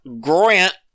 grant